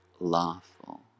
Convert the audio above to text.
lawful